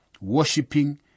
worshipping